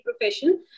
profession